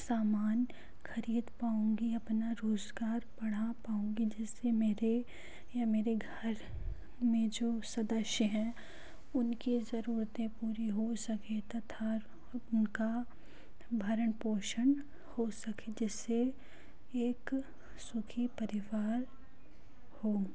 सामान ख़रीद पाऊंगी अपना रोज़गार बढ़ा पाउंगी जिससे मेरे या मेरे घर में जो सदस्य हैं उनकी ज़रूरतें पूरी हो सके तथा उनका भरण पोषण हो सके जिससे एक सुखी परिवार हो